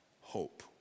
hope